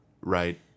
right